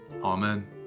Amen